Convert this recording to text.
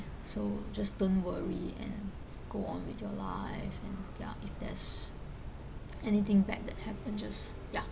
so just don't worry and go on with your life and ya if there's anything bad that happen just ya